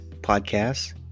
Podcasts